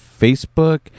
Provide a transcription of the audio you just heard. Facebook